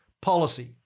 policy